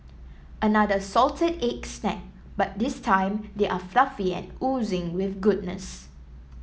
another salted egg snack but this time they are fluffy and oozing with goodness